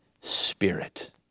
spirit